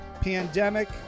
pandemic